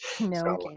No